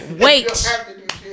Wait